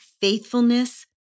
faithfulness